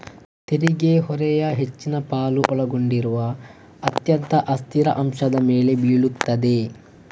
ತೆರಿಗೆ ಹೊರೆಯ ಹೆಚ್ಚಿನ ಪಾಲು ಒಳಗೊಂಡಿರುವ ಅತ್ಯಂತ ಅಸ್ಥಿರ ಅಂಶದ ಮೇಲೆ ಬೀಳುತ್ತದೆ